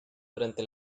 durante